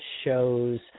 shows